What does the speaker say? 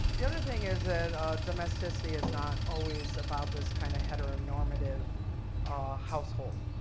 the other thing is that domesticity is not always about this kind of hetero normative household.